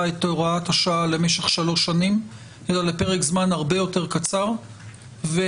את הוראת השעה למשך שלוש שנים אלא לפרק זמן הרבה יותר קצר ובעתיד.